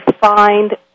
find